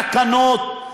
תקנות,